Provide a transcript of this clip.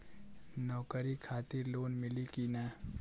नौकरी खातिर लोन मिली की ना?